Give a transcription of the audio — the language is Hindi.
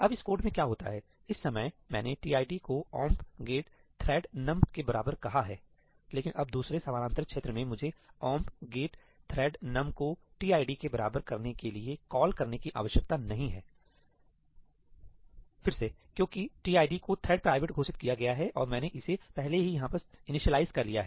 अब इस कोड में क्या होता है इस समय मैंने tid को omp get thread num के बराबर कहा है लेकिन अब दूसरे समानांतर क्षेत्र में मुझे omp get thread num को tid के बराबर करने के लिए कॉल करने की आवश्यकता नहीं है फिर से क्योंकि tid को थ्रेड प्राइवेट घोषित किया गया है और मैंने इसे पहले ही यहाँ पर इनिशियलाइज़ कर लिया है